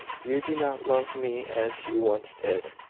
you do not love me as you once did.